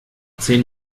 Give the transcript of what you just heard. zehn